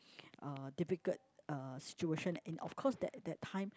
uh difficult uh situation in of course that that time